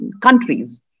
countries